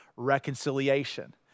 reconciliation